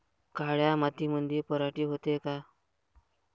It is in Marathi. काळ्या मातीमंदी पराटी होते का?